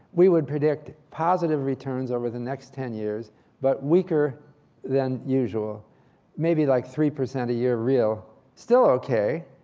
we would predict positive returns over the next ten years but weaker than usual maybe like three percent a year, real still ok.